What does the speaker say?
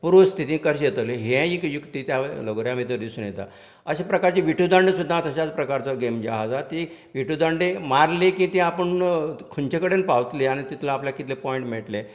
पुर्व स्थिती कशी येतली हे एक युक्ती त्या लगोऱ्या भितर दिसून येता अशें प्रकारचें विटी दांडू सुद्दां अश्याच प्रकारचो गॅम जे आहा हांगां ती विटी दांडू मारली की ते आपूण खंयचे कडेन पावतली आनी तितूंत आपल्याक कितले पोइंट्स मेळटलें